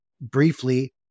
briefly